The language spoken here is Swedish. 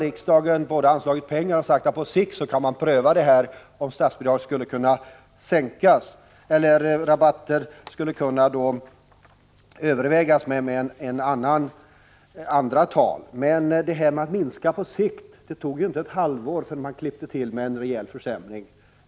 Riksdagen har anslagit pengar och visserligen sagt att man på sikt kan överväga rabatter med andra tal än de nuvarande, men att minska ”på sikt” var det alltså — det tog inte ett halvår förrän man klippte till med en rejäl försämring!